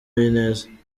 uwineza